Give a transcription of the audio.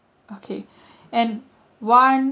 okay and one